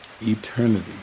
eternity